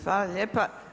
Hvala lijepa.